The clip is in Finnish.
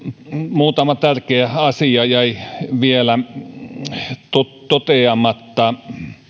muutama tärkeä asia jäi vielä toteamatta